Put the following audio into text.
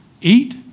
Eat